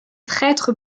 traître